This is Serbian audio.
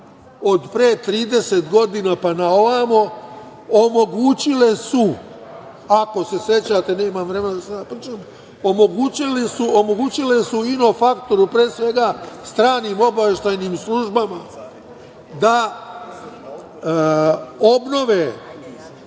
od pre 30 godina pa na ovamo omogućile su, ako se sećate, nemam vremena da sada pričam, omogućile su ino faktoru, pre svega stranim obaveštajnim službama, da obnove